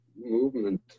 movement